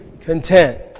content